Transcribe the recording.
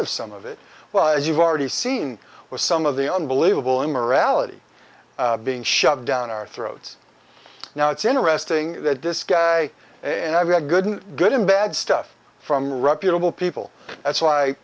of some of it well as you've already seen with some of the unbelievable immorality being shoved down our throats now it's interesting that this guy and i've had good and good and bad stuff from reputable people that's why